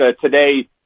today